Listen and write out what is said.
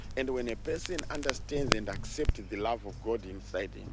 and when a person understands and accepted the love of god inside him,